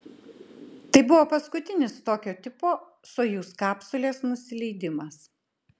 tai buvo paskutinis tokio tipo sojuz kapsulės nusileidimas